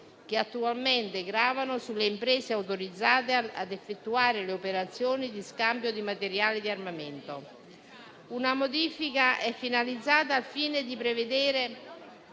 che attualmente gravano sulle imprese autorizzate a effettuare le operazioni di scambio di materiale di armamento. Una modifica è finalizzata a prevedere